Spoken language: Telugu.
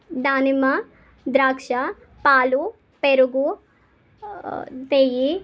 దానిమ్మ ద్రాక్ష పాలు పెరుగు నెయ్యి